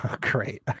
Great